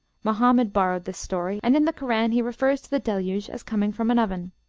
mohammed borrowed this story, and in the koran he refers to the deluge as coming from an oven.